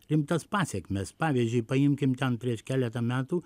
rimtas pasekmes pavyzdžiui paimkim ten prieš keletą metų